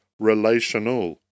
relational